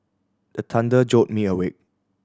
the thunder jolt me awake